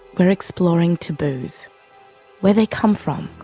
we're exploring taboos where they come from,